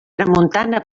tramuntana